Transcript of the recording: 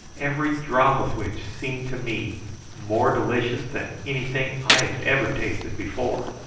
every drop of which seemed to me more delicious than anything i had ever tasted before.